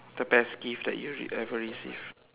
the best gift that you ever received